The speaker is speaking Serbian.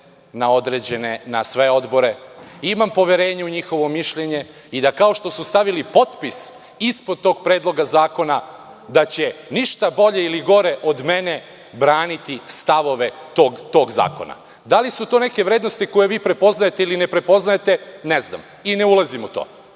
dolaze na sve odbore. Imam poverenje u njihovo mišljenje i da će, kao što su stavili potpis ispod tog predloga zakona, ništa bolje ili gore od mene braniti stavove tog zakona. Da li su to neke vrednosti koje vi prepoznajete ili ne prepoznajete, ne znam i ne ulazim u to.